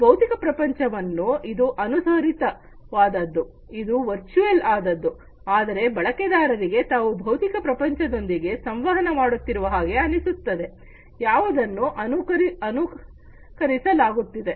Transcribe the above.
ಇದು ಭೌತಿಕ ಪ್ರಪಂಚವನ್ನು ಇದು ಅನುಕರಿತ ವಾದದ್ದು ಇದು ವರ್ಚುಯಲ್ ಆದದ್ದು ಆದರೆ ಬಳಕೆದಾರರಿಗೆ ತಾವು ಭೌತಿಕ ಪ್ರಪಂಚದೊಂದಿಗೆ ಸಂವಹನ ಮಾಡುತ್ತಿರುವ ಹಾಗೆ ಅನಿಸುತ್ತದೆ ಯಾವುದನ್ನು ಅನುಕರಿಸಲಾಗುತ್ತಿದೆ